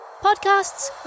podcasts